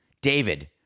David